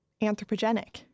anthropogenic